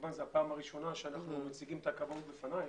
מכיוון שזו הפעם הראשונה שאנחנו מציגים את הכבאות וההצלה בפניך,